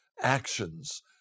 actions